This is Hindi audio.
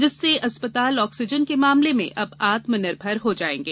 जिससे अस्पताल ऑक्सीजन के मामले में अब आत्मनिर्भर हो जायेगे